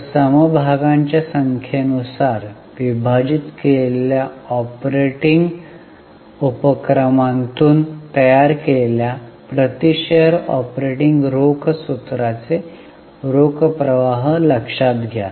तर समभागांच्या संख्ये नुसार विभाजित केलेल्या ऑपरेटिंग उपक्रमांतून तयार केलेल्या प्रति शेअर ऑपरेटिंग रोख सूत्राचे रोख प्रवाह लक्षात घ्या